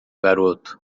garoto